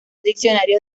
diccionarios